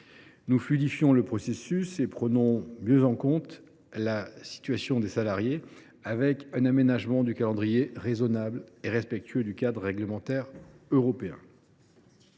Nous fluidifions le processus et prenons mieux en compte la situation des salariés, avec un aménagement du calendrier raisonnable et respectueux du cadre réglementaire européen.